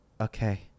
Okay